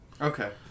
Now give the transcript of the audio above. okay